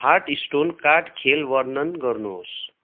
heart stone card खेल वर्णन गर्नुहोस